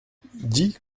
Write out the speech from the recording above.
dix